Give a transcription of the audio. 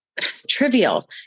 trivial